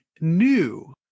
new